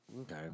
Okay